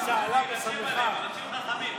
חברי כנסת, איפה הם, אנשים חכמים.